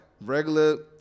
Regular